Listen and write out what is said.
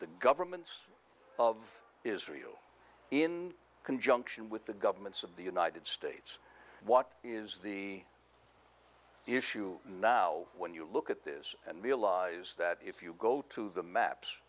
the governments of israel in conjunction with the governments of the united states what is the issue now when you look at this and realize that if you go to the maps